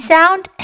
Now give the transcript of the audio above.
Sound